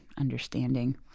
understanding